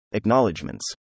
Acknowledgements